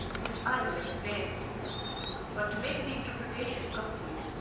which i will explain but to make the interpretation complete,